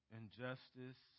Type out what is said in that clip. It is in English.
injustice